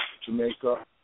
Jamaica